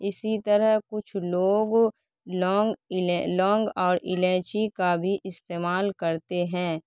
اسی طرح کچھ لوگ لونگ لونگ اور الائچی کا بھی استعمال کرتے ہیں